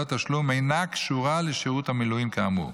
תשלום אינה קשורה לשירות המילואים כאמור,